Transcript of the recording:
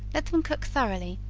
let them cook thoroughly,